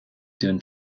d’un